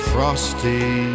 Frosty